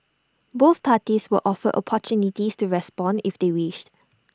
both parties were offered opportunities to respond if they wished